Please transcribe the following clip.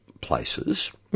places